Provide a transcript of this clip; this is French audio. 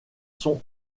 sont